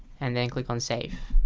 and then click on save